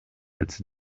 als